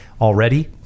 already